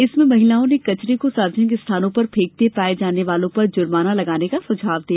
इसमें महिलाओं ने कचरे को सार्वजनिक स्थानों पर फेंकते पाये जाने वालो पर जुर्माना लगाने का सुझाव दिया